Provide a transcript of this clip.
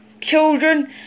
children